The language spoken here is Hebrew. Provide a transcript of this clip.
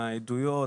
העדויות,